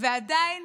ועדיין